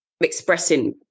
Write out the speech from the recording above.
expressing